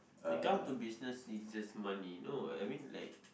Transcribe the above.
when come to business it's just money no I mean like